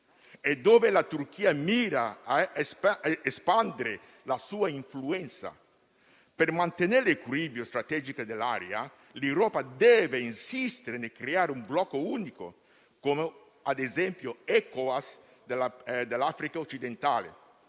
dove la Turchia mira a espandere la sua influenza. Per mantenere l'equilibrio strategico dell'area l'Europa deve insistere nel creare un blocco unico, come - ad esempio -l'Economic community